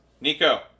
Nico